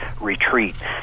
retreat